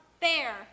fair